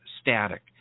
static